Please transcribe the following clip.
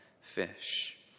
fish